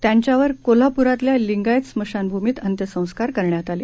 त्यांच्यावर कोल्हापूरातल्या लिंगायत स्मशानभूमीत अंत्यसंस्कार करण्यात आले